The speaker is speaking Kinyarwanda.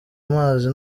amazi